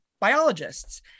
biologists